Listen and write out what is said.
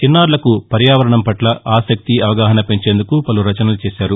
చిన్నారులకు పర్యావరణం పట్ల ఆసక్తి అవగాహన పెంచేందుకు పలు రచనలు చేశారు